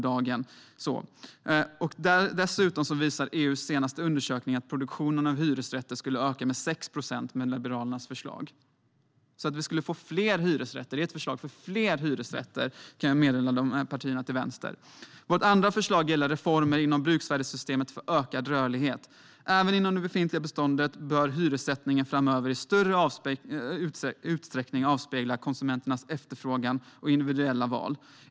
Dessutom visar EU:s senaste undersökning att produktionen av hyresrätter skulle öka med 6 procent med Liberalernas förslag. Vårt förslag skulle alltså ge fler hyresrätter, kan jag meddela partierna till vänster. För det andra vill vi se reformer inom bruksvärdessystemet för ökad rörlighet. Även inom det befintliga beståndet bör hyressättningen framöver i större utsträckning avspegla konsumenternas efterfrågan och individuella val.